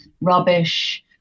rubbish